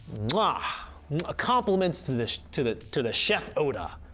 ah ah compliments to the to the to the. chef oda.